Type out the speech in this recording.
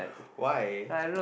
why